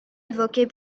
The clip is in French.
évoquée